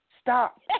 Stop